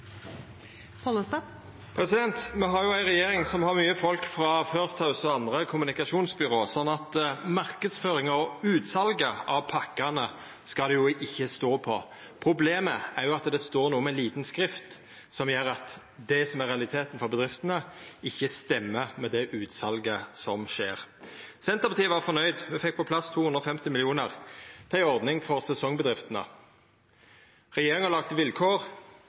Me har ei regjering som har mykje folk frå First House og andre kommunikasjonsbyrå, slik at marknadsføringa og utsalet av pakkene skal det ikkje stå på. Problemet er at det står noko med lita skrift som gjer at det som er realiteten for bedriftene, ikkje stemmer med det utsalet som skjer. Senterpartiet var fornøgd då me fekk på plass 250 mill. kr til ei ordning for sesongbedriftene. Regjeringa har laga vilkår.